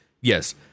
Yes